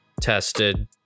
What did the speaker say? tested